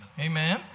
Amen